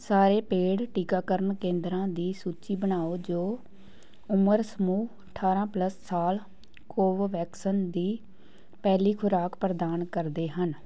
ਸਾਰੇ ਪੇਡ ਟੀਕਾਕਰਨ ਕੇਂਦਰਾਂ ਦੀ ਸੂਚੀ ਬਣਾਓ ਜੋ ਉਮਰ ਸਮੂਹ ਅਠਾਰਾਂ ਪਲੱਸ ਸਾਲ ਕੋਵੋਵੈਕਸਨ ਦੀ ਪਹਿਲੀ ਖ਼ੁਰਾਕ ਪ੍ਰਦਾਨ ਕਰਦੇ ਹਨ